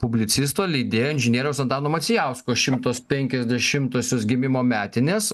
publicisto leidėjo inžinieriaus antano macijausko šimtas penkiasdešimtosios gimimo metinės